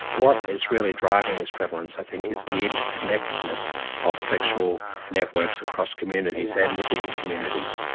what is really driving this prevalence i think is the interconnectedness of sexual networks across communities and within communities.